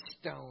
stone